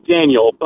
Daniel